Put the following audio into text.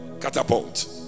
catapult